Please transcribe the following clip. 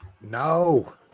No